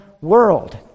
world